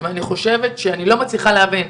אני לא מצליחה להבין,